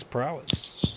Prowess